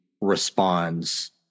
responds